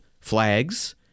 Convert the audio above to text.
flags